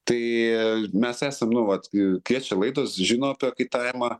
tai mes esam nu vat kai kviečia laidos žino apie kaitavimą